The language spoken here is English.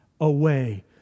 away